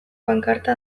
pankarta